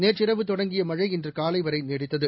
நேற்றிரவு தொடங்கிய மழை இன்று காலை வரை நீடித்தது